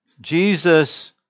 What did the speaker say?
Jesus